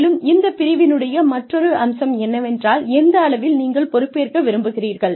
மேலும் இந்த பிரிவினுடைய மற்றொரு அம்சம் எதுவென்றால் எந்த அளவில் நீங்கள் பொறுப்பேற்க விரும்புகிறீர்கள்